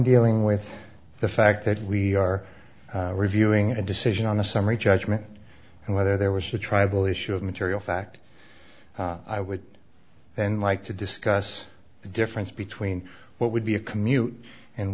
dealing with the fact that we are reviewing a decision on the summary judgment and whether there was a tribal issue of material fact i would then like to discuss the difference between what would be a commute and